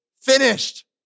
finished